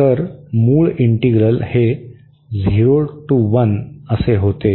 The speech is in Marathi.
तर मूळ इंटीग्रल हे 0 ते 1 असे होते